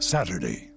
Saturday